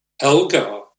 Elgar